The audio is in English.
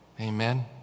Amen